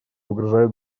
угрожает